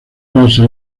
casa